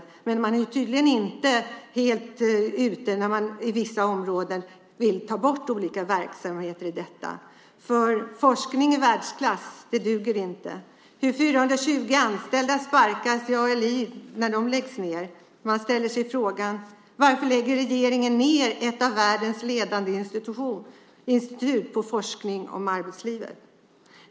Men man är tydligen inte helt ute när man i vissa områden vill ta bort olika verksamheter i detta. Forskning i världsklass duger inte. 420 anställda sparkas när ALI läggs ned. Man ställer sig frågan: Varför lägger regeringen ned ett av världens ledande institut inom forskning om arbetslivet?